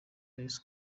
yesu